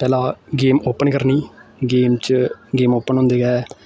पैह्ला game open करनी game च गेम ओपन होंदे गै